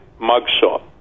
mugshot